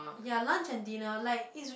ya lunch and dinner like it's